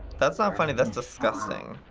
that's not funny. that's disgusting.